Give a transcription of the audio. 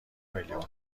میلیون